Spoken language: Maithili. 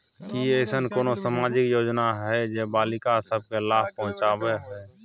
की ऐसन कोनो सामाजिक योजना हय जे बालिका सब के लाभ पहुँचाबय हय?